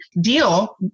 deal